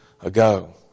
ago